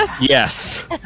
Yes